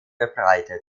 verbreitet